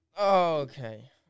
okay